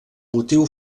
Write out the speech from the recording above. motiu